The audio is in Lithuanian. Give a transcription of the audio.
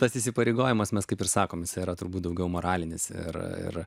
tas įsipareigojimas mes kaip ir sakome jis yra turbūt daugiau moralinis ir